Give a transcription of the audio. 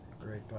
Great